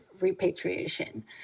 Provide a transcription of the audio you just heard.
repatriation